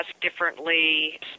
differently